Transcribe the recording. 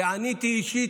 שעניתי אישית.